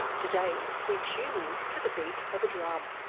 today, we tune in to the beat of a drum.